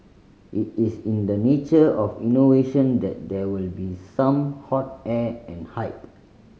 it is in the nature of innovation that there will be some hot air and hype